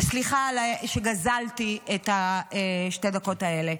וסליחה שגזלתי את שתי הדקות האלה.